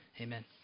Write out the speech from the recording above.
Amen